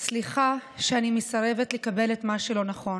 סליחה שאני מסרבת לקבל את מה שלא נכון,